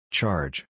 Charge